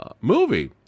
movie